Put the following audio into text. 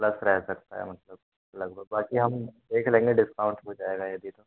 plus रह सकता है मतलब लगभग बाक़ी हम देख लेंगे डिस्काउंट हो जाएगा यदि